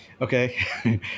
Okay